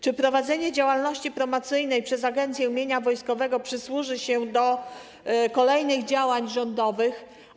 Czy prowadzenie działalności promocyjnej przez Agencję Mienia Wojskowego przysłuży się kolejnym działaniom rządowym?